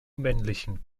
männlichen